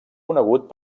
conegut